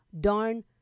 darn